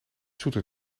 zoeter